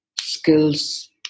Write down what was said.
skills